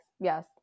yes